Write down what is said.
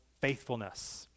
faithfulness